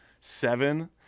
seven